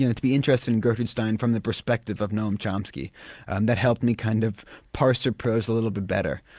you know to be interested in gertrude stein from the perspective of noam chomsky and that helped me kind of parse her prose a little bit better.